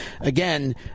again